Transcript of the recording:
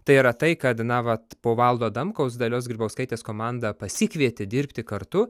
tai yra tai kad na vat po valdo adamkaus dalios grybauskaitės komanda pasikvietė dirbti kartu